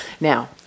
Now